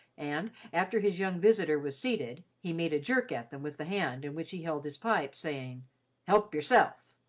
and after his young visitor was seated, he made a jerk at them with the hand in which he held his pipe, saying help yerself.